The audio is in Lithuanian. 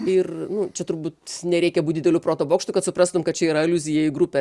ir čia turbūt nereikia būt dideliu proto bokštu kad suprastum kad čia yra aliuzija į grupę